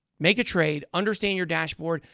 make a trade, understand your dashboard.